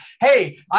Hey